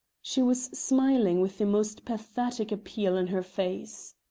she was smiling, with the most pathetic appeal in her face.